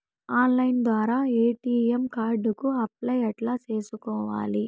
Online ద్వారా ATM card కు apply ఎట్లా సేసుకోవాలి?